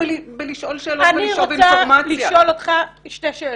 לשאול אותך, האלוף בריק, שתי שאלות.